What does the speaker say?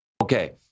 Okay